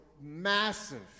massive